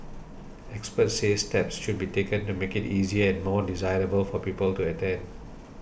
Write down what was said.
experts say steps should be taken to make it easier and more desirable for people to attend